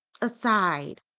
aside